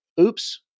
oops